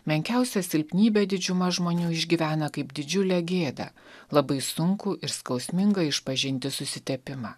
menkiausia silpnybe didžiuma žmonių išgyvena kaip didžiulę gėdą labai sunkų ir skausminga išpažintis susitepimą